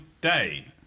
day